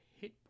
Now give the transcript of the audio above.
hit